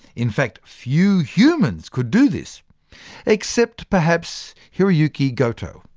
in fact, few humans could do this except perhaps hiroyuki goto,